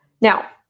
now